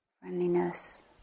friendliness